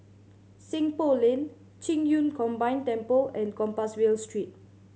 Seng Poh Lane Qing Yun Combined Temple and Compassvale Street